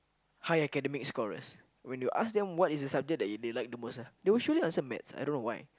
high academic scorers when you ask them what is the subject that you they like the most ah they will surely answer maths I don't know why